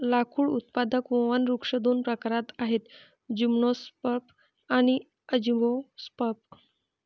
लाकूड उत्पादक वनवृक्ष दोन प्रकारात आहेतः जिम्नोस्पर्म आणि अँजिओस्पर्म